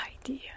idea